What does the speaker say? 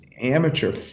amateur –